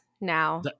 now